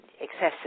excessive